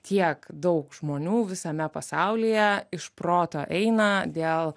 tiek daug žmonių visame pasaulyje iš proto eina dėl